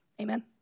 Amen